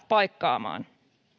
paikkaamaan